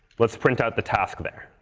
let's print out the task there.